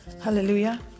Hallelujah